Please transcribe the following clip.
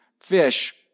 fish